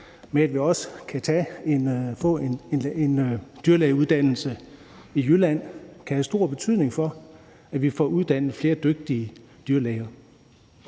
med, at man også kan få en dyrlægeuddannelse i Jylland, kan have stor betydning for, at vi får uddannet flere dygtige dyrlæger.